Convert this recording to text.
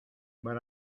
but